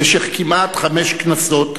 במשך כמעט חמש כנסות,